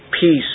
peace